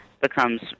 becomes